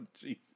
Jesus